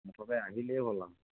মুঠতে আহিলেই হ'ল আৰু